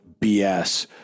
BS